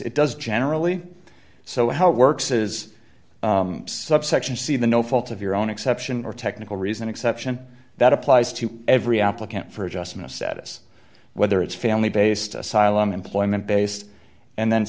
it does generally so how it works is subsection c the no fault of your own exception or technical reason exception that applies to every applicant for adjustment of status whether it's family based asylum employment based and then